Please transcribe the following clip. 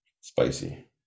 Spicy